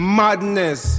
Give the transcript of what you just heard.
madness